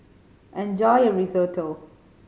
enjoy your Risotto